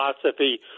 philosophy